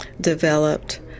developed